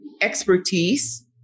Expertise